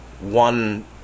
one